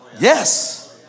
Yes